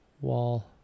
wall